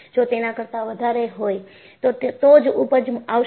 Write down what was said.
જો તેના કરતાં વધારે હોય તો જ ઊપજ આવશે